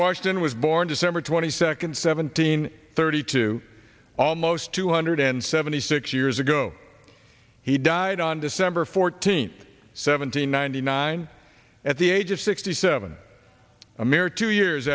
washington was born december twenty second seventeen thirty two almost two hundred and seventy six years ago he died on december fourteenth seventeen ninety nine at the age of sixty seven a mere two years